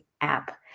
app